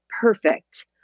perfect